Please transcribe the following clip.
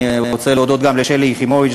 אני רוצה להודות גם לשלי יחימוביץ.